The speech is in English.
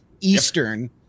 Eastern